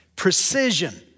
Precision